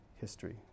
history